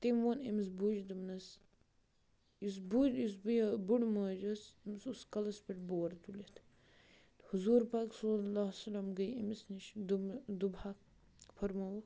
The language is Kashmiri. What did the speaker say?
تٔمۍ ووٚن أمِس بُجہِ دوٚپنَس یُس بُج یُس بہٕ یہِ بُڑٕ مٲج ٲس أمِس اوس کَلَس پٮ۪ٹھ بور تُلِتھ حضوٗر پاک صَلی اللہُ عِلَیہ وَسَلَم گٔے أمِس نِش دوٚپمہ دوٚپہکھ فرموُکھ